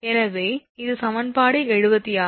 எனவே இது சமன்பாடு 76